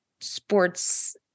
sports